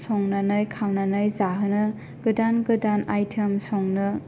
संनानै खावनानै जाहोनो गोदान गोदान आइटेम संनो